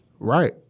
Right